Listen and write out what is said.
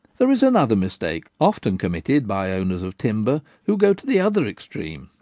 there is another mistake, often committed by owners of timber, who go to the other extreme,